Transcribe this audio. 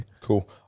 Cool